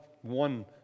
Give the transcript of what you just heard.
one